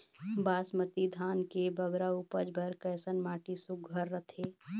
बासमती धान के बगरा उपज बर कैसन माटी सुघ्घर रथे?